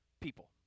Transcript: people